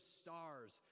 stars